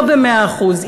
לא במאה אחוז,